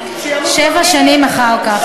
שבע שנים אחר כך.